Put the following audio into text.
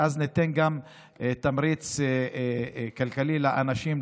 ואז ניתן גם תמריץ כלכלי לאנשים,